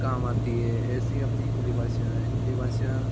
काम आती है ऐसी अपनी हिंदी भाषा हिंदी भाषा